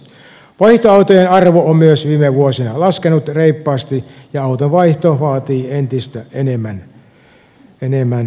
myös vaihtoautojen arvo on viime vuosina laskenut reippaasti ja autonvaihto vaatii entistä enemmän pääomaa